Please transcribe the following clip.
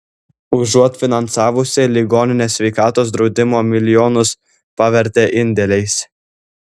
užuot finansavusi ligonines sveikatos draudimo milijonus pavertė indėliais